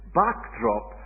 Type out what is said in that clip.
backdrop